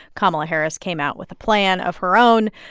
kamala harris came out with a plan of her own.